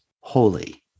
holy